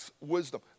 wisdom